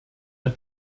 ein